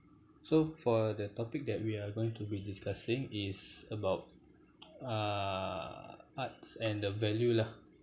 so for the topic that we are going to be discussing it's about uh arts and the value lah